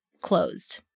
closed